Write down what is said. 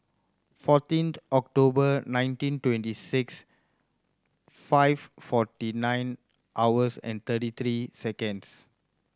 fourteenth October nineteen twenty six five forty nine hours and thirty three seconds